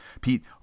pete